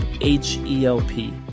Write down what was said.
H-E-L-P